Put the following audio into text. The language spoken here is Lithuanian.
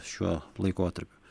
šiuo laikotarpiu